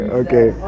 okay